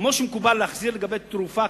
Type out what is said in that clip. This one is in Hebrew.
כמו שמקובל להחזיר לגבי תרופה,